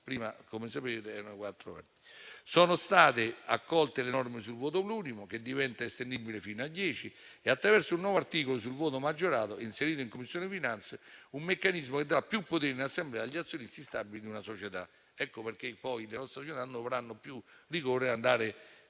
(prima, come sapete, erano quattro quinti). Sono state accolte le norme sul voto plurimo, che diventa estendibile fino a dieci, e, attraverso un nuovo articolo sul voto maggiorato, inserito in Commissione finanze, un meccanismo che darà più potere in assemblea agli azionisti stabili di una società. Ecco perché poi le nostre società avranno più rigore per andare